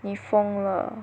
你疯了